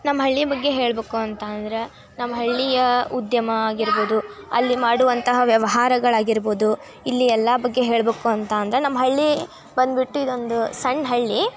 ನಮ್ಮ ಹಳ್ಳಿ ಬಗ್ಗೆ ಹೇಳಬೇಕು ಅಂತ ಅಂದರೆ ನಮ್ಮ ಹಳ್ಳಿಯ ಉದ್ಯಮ ಆಗಿರ್ಬೋದು ಅಲ್ಲಿ ಮಾಡುವಂತಹ ವ್ಯವಹಾರಗಳಾಗಿರ್ಬೋದು ಇಲ್ಲಿ ಎಲ್ಲ ಬಗ್ಗೆ ಹೇಳಬೇಕು ಅಂತ ಅಂದರೆ ನಮ್ಮ ಹಳ್ಳಿ ಬಂದ್ಬಿಟ್ಟು ಇದೊಂದು ಸಣ್ಣ ಹಳ್ಳಿ